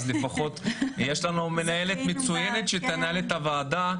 אז לפחות יש לנו מנהלת מצוינת שתנהל את הוועדה.